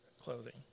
clothing